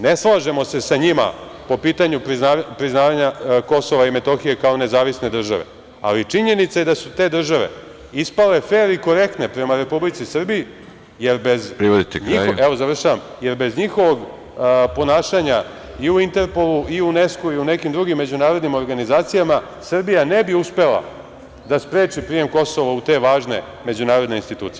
Ne slažemo se sa njima po pitanju priznavanja Kosova i Metohije kao nezavisne države, ali činjenica je da su te države ispale fer i korektne prema Republici Srbiji, jer bez njihovog ponašanja i u Interpolu i u Unesko i u nekim drugim međunarodnim organizacijama Srbija ne bi uspela da spreči prijem Kosova u te važne međunarodne institucije.